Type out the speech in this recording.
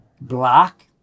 black